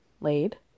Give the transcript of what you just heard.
laid